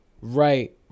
Right